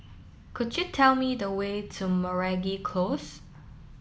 could you tell me the way to Close